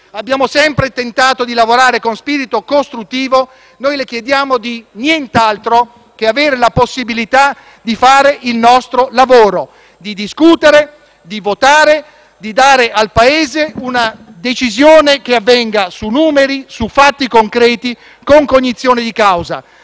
Abbiamo sempre tentato di lavorare con spirito costruttivo. Noi non le chiediamo altro che di avere la possibilità di fare il nostro lavoro, di discutere, di votare, di dare al Paese una decisione che avvenga su numeri, su fatti concreti, con cognizione di causa.